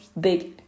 big